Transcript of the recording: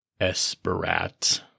Esperat